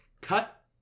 Cut